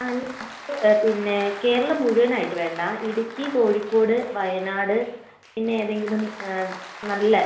അല്ല ഇപ്പോൾ പിന്നെ കേരളം മുഴുവനായിട്ട് വേണ്ട ഇടുക്കി കോഴിക്കോട് വയനാട് പിന്നെ ഏതെങ്കിലും നല്ല